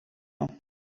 now